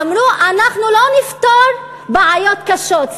אמרו, אנחנו לא נפתור בעיות קשות.